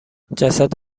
جسد